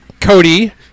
Cody